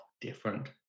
different